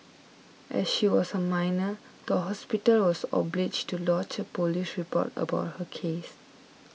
as she was a minor the hospital was obliged to lodge a police report about her case